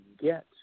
get